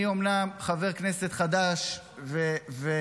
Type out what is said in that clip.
אני אומנם חבר כנסת חדש וטירון,